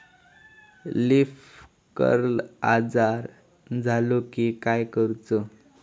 Leaf curl आजार झालो की काय करूच?